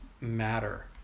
matter